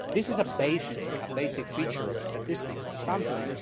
this is a basic a basic feature of a statistical and sampling,